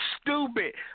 stupid